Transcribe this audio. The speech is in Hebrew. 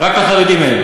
רק לחרדים אין.